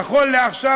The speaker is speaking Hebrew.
נכון לעכשיו,